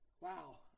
Wow